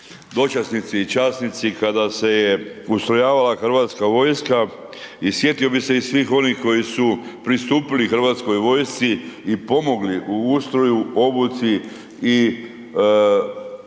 dočasnici i časnici, kada se je ustrojavala Hrvatska vojska i sjetio bih se i svih onih koji su pristupili Hrvatskoj vojsci i pomogli u ustroju, obuci i